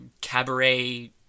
cabaret